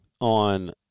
on